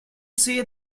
say